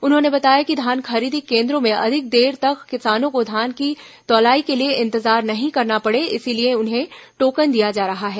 उन्होंने बताया कि धान खरीदी केन्द्रों में अधिक देर तक किसानों को धान की तौलाई के लिए इंतजार नहीं करना पड़े इसलिए उन्हें टोकन दिया जा रहा है